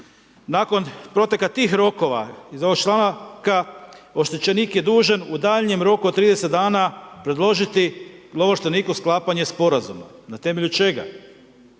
Nakon proteka tih rokova iz ovih članaka, oštećenik je dužan u daljnjem roku od 30 dana predložiti lovo ovlašteniku sklapanje Sporazuma. Na temelju čega?